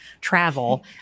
travel